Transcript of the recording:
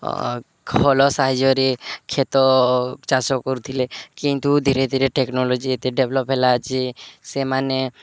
hall ସାହାଯ୍ୟରେ କ୍ଷେତ ଚାଷ କରୁଥିଲେ କିନ୍ତୁ ଧୀରେ ଧୀରେ ଟେକ୍ନୋଲୋଜି ଏତେ ଡେଭ୍ଲପ ହେଲା ଯେ ସେମାନେ